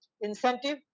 incentive